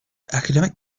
academic